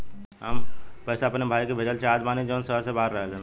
हम पैसा अपने भाई के भेजल चाहत बानी जौन शहर से बाहर रहेलन